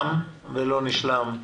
תם ולא נשלם.